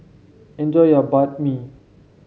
enjoy your Banh Mi